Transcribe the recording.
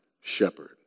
shepherd